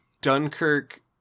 Dunkirk